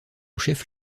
chef